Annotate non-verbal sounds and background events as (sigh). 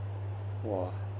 !wah! (noise)